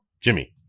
Jimmy